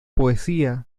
poesía